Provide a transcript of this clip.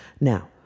Now